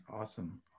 Awesome